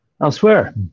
Elsewhere